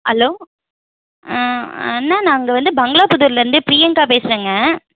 hello அண்ணா நாங்கள் வந்து பங்களாபுதூர்லேருந்து பிரியங்கா பேசுகிறேங்க